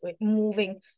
moving